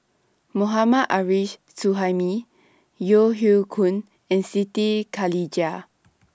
Mohammad Arif Suhaimi Yeo Hoe Koon and Siti Khalijah